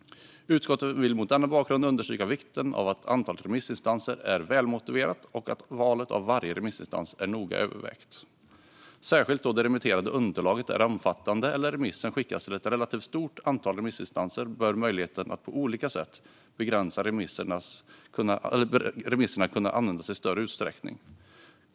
Utskottet vill mot denna bakgrund understryka vikten av att antalet remissinstanser är välmotiverat och att valet av varje remissinstans är noga övervägt. Särskilt då det remitterade underlaget är omfattande eller remissen skickas till ett relativt stort antal remissinstanser bör möjligheten att på olika sätt begränsa remisserna kunna användas i större utsträckning.